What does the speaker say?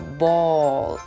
ball